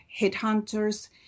headhunters